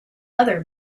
other